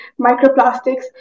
microplastics